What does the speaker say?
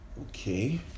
okay